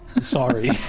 sorry